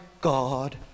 God